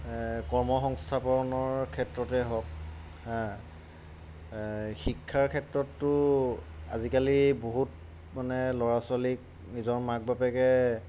কৰ্ম সংস্থাপনৰ ক্ষেত্ৰতে হওক হা এই শিক্ষাৰ ক্ষেত্ৰততো আজিকালি বহুত মানে ল'ৰা ছোৱালীক নিজৰ মাক বাপেকে